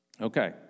Okay